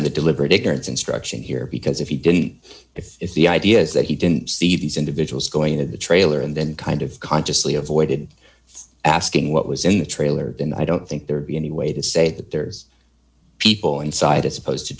on the deliberate ignorance instruction here because if he didn't if if the idea is that he didn't see these individuals going into the trailer and then come and of consciously avoided asking what was in the trailer and i don't think there'd be any way to say that there's people inside a supposed to